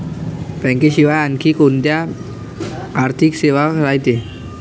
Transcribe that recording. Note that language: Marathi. बँकेशिवाय आनखी कोंत्या आर्थिक सेवा रायते?